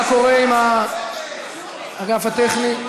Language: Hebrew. מה קורה עם האגף הטכני?